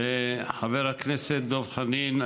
חבר הכנסת דב חנין,